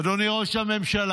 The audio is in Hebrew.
אדוני ראש הממשלה,